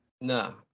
No